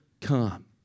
come